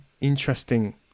Interesting